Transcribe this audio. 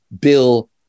Bill